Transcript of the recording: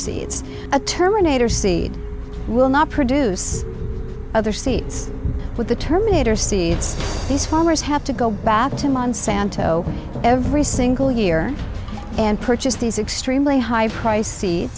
a terminator see will not produce other states with the terminator seeds these farmers have to go back to monsanto every single year and purchased these extremely high price